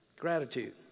gratitude